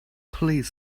please